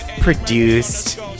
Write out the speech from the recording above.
produced